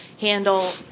handle